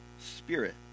spirit